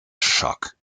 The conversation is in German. schock